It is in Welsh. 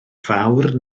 fawr